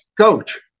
coach